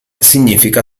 significa